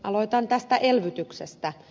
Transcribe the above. aloitan tästä elvytyksestä